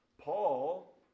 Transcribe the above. Paul